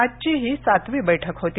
आजची ही सातवी बैठक होती